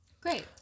Great